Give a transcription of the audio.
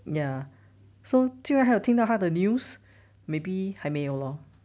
ya so 居然还有听到他的 news maybe 还没有 lor